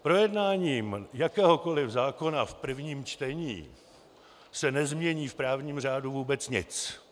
Projednáním jakéhokoli zákona v prvním čtení se nezmění v právním řádů vůbec nic.